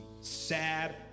sad